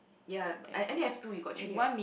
yea but I only have two you got three right